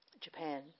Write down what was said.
Japan